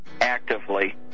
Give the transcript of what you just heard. actively